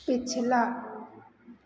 पिछला